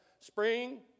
Spring